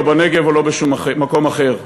לא בנגב ולא בשום מקום אחר.